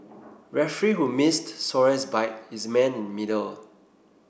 referee who missed Suarez bite is man in middle